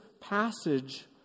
passage